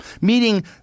Meaning